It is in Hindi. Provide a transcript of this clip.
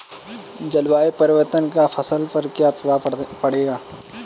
जलवायु परिवर्तन का फसल पर क्या प्रभाव पड़ेगा?